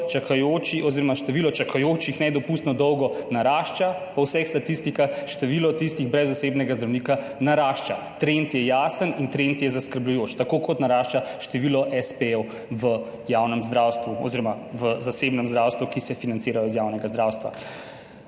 ampak nedvomno število čakajočih nedopustno dolgo narašča, po vseh statistikah, število tistih brez osebnega zdravnika narašča. Trend je jasen in trend je zaskrbljujoč. Tako kot narašča število espejev v javnem zdravstvu oziroma v zasebnem zdravstvu, ki se financirajo iz javnega zdravstva.